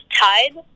tied